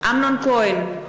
אמנון כהן,